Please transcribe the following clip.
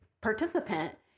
participant